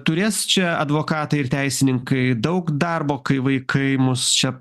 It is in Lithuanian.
turės čia advokatai ir teisininkai daug darbo kai vaikai mus čia